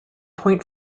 point